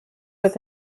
with